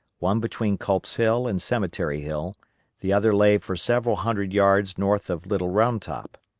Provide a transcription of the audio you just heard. one between culp's hill and cemetery hill the other lay for several hundred yards north of little round top,